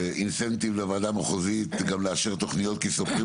אינסנטיב לוועדה המחוזית גם לאשר תוכניות כי סופרים